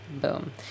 boom